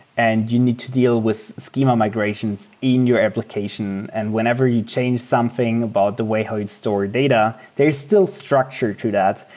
and you need to deal with schema migrations in your application. and whenever you change something about the way how you'd and store data, there's still structure to that.